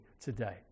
today